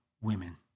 women